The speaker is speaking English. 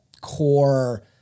core